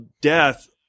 death